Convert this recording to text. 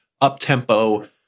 up-tempo